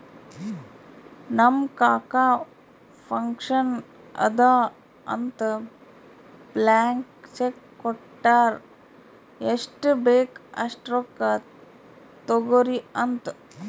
ನಮ್ ಕಾಕಾ ಫಂಕ್ಷನ್ ಅದಾ ಅಂತ್ ಬ್ಲ್ಯಾಂಕ್ ಚೆಕ್ ಕೊಟ್ಟಾರ್ ಎಷ್ಟ್ ಬೇಕ್ ಅಸ್ಟ್ ರೊಕ್ಕಾ ತೊಗೊರಿ ಅಂತ್